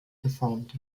geformt